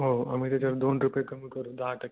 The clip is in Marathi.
हो आम्ही त्याच्यावर दोन रुपये कमी करून दहा टक्के